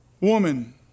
woman